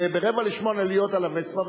וב-07:45 להיות על הווספה,